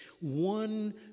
one